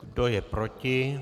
Kdo je proti?